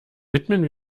widmen